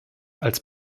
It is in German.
als